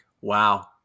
Wow